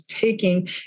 taking